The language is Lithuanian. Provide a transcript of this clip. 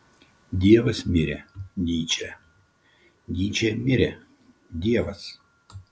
dievas mirė nyčė nyčė mirė dievas